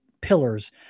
pillars